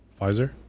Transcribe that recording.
Pfizer